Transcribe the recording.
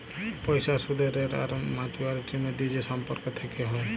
পইসার সুদের রেট আর ম্যাচুয়ারিটির ম্যধে যে সম্পর্ক থ্যাকে হ্যয়